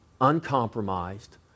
Uncompromised